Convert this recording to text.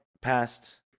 past